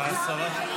קריאה שלישית.